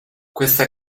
questa